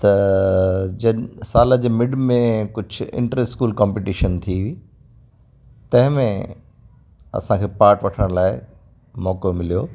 त जिनि साल जे मिड में कुझु इंटर स्कूल कॉम्पीटीशन थी तंहिं में असांखे पाट वठण लाइ मौक़ो मिलियो